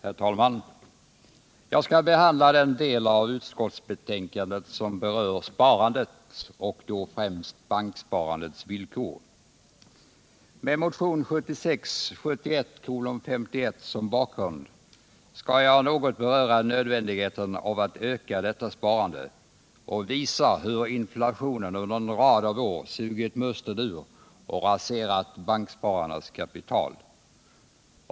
Herr talman! Jag skall behandla den del av utskottsbetänkandet som berör sparandet och då främst banksparandets villkor. Med motion 1976/77:51 som bakgrund skall jag något beröra nödvändigheten av att öka detta sparande och visa hur inflationen under en rad av år sugit musten ur och raserat bankspararnas kapital.